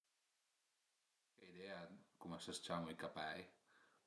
Ai pa idea dë cume a s'ciamu i capei